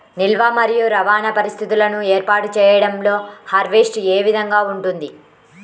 నిల్వ మరియు రవాణా పరిస్థితులను ఏర్పాటు చేయడంలో హార్వెస్ట్ ఏ విధముగా ఉంటుంది?